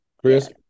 Chris